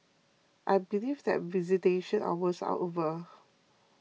I believe that visitation hours are over